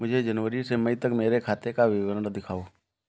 मुझे जनवरी से मई तक मेरे खाते का विवरण दिखाओ?